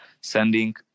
sending